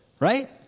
Right